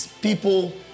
people